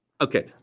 Okay